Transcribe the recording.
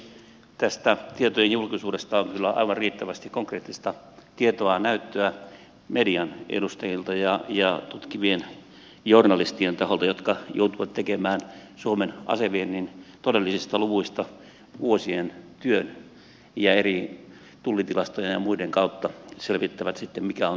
tästä tietojen julkisuudesta on kyllä aivan riittävästi konkreettista tietoa ja näyttöä median edustajilta ja tutkivien journalistien taholta jotka joutuvat tekemään suomen aseviennin todellisista luvuista vuosien työn ja eri tullitilastojen ja muiden kautta selvittävät sitten mikä on todellisuus